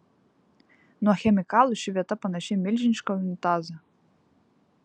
nuo chemikalų ši vieta panaši į milžinišką unitazą